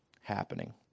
happening